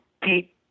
Pete